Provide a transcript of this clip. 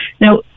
Now